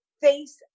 face